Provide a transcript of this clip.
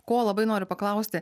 ko labai noriu paklausti